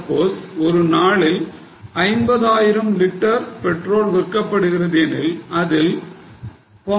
Suppose ஒரு நாளில் 50000 litres petrol விற்கப்படுகிறது எனில் அதில் 0